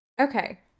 Okay